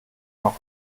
noch